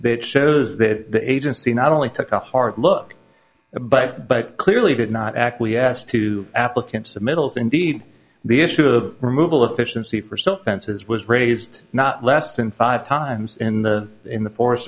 that shows that the agency not only took a hard look but clearly did not acquiesce to applicants submittals indeed the issue of removal of efficiency for so fences was raised not less than five times in the in the forest